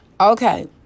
Okay